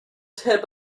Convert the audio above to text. tip